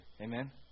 Amen